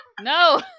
No